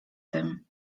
tym